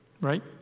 right